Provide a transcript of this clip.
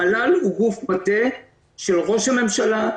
הוא גוף מטה של ראש הממשלה,